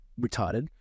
retarded